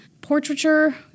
portraiture